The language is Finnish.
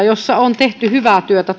jossa on tehty hyvää työtä